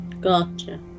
Gotcha